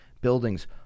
buildings